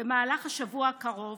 במהלך השבוע הקרוב